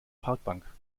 parkbank